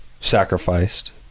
sacrificed